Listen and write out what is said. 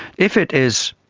if it is,